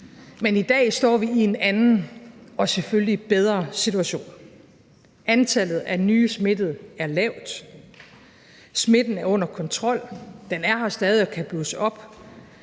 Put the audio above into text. men i dag står vi i en anden og selvfølgelig bedre situation. Antallet af nye smittede er lavt, smitten er under kontrol, den er her stadig og kan blusse op,